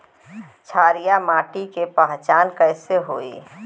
क्षारीय माटी के पहचान कैसे होई?